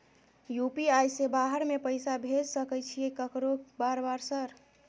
UPI से बाहर में पैसा भेज सकय छीयै केकरो बार बार सर?